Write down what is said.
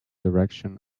direction